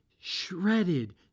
shredded